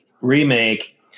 remake